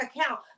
account